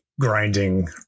grinding